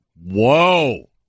Whoa